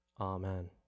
Amen